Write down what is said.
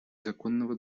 законного